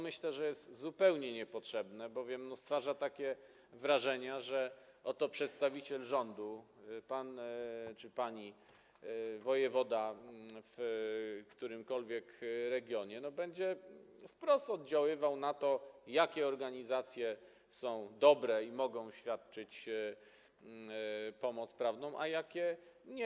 Myślę, że jest to zupełnie niepotrzebne, bowiem stwarza wrażenie, że oto przedstawiciel rządu, pan czy pani wojewoda w którymkolwiek regionie, będzie wprost oddziaływał na to, jakie organizacje są dobre i mogą świadczyć pomoc prawną, a jakie nie.